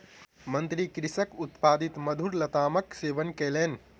मंत्री कृषकक उत्पादित मधुर लतामक सेवन कयलैन